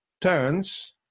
turns